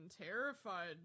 terrified